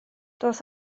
dos